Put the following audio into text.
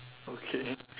okay